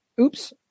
Oops